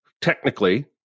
technically